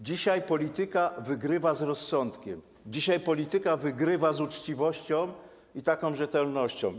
Dzisiaj polityka wygrywa z rozsądkiem, dzisiaj polityka wygrywa z uczciwością i rzetelnością.